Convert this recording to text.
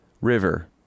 River